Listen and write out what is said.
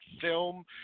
film